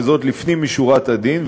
וזאת לפנים משורת הדין,